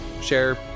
share